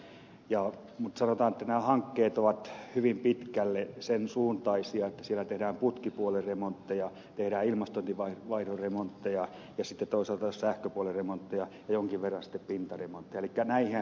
mutta sanotaan että nämä hankkeet ovat hyvin pitkälle sen suuntaisia että siellä tehdään putkipuolen remontteja tehdään ilmastointivaihdon remontteja ja sitten toisaalta sähköpuolen remontteja ja jonkin verran sitten pintaremontteja